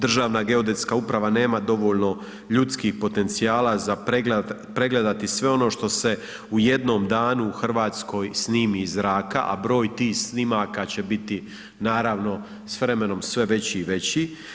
Državna geodetska uprava nema dovoljno ljudskih potencijala za pregledati sve ono što se u jednom danu u Hrvatskoj snimi iz zraka, a broj tih snimaka će biti, naravno, sve veći i veći.